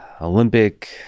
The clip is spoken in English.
Olympic